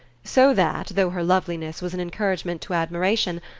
so that, though her loveliness was an encouragement to admiration,